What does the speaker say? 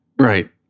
Right